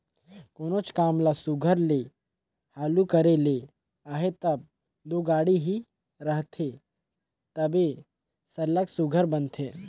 कोनोच काम ल सुग्घर ले हालु करे ले अहे तब दो गाड़ी ही रहथे तबे सरलग सुघर बनथे